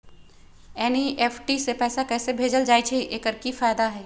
NEFT से पैसा कैसे भेजल जाइछइ? एकर की फायदा हई?